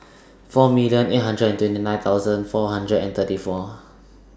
four million eight hundred and twenty nine thousand four hundred and thirty four